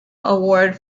award